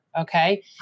Okay